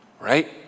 Right